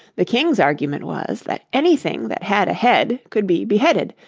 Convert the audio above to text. the king's argument was, that anything that had a head could be beheaded,